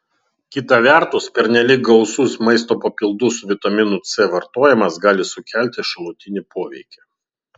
kita vertus pernelyg gausus maisto papildų su vitaminu c vartojimas gali sukelti šalutinį poveikį